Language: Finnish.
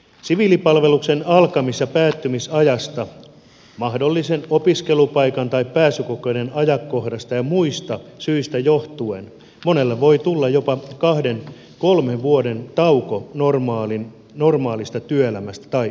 siviilipalveluksen alkamis ja päättymisajasta mahdollisen opiskelupaikan tai pääsykokeiden ajankohdasta ja muista syistä johtuen monelle voi tulla jopa kahden kolmen vuoden tauko normaalista työelämästä tai opinnoista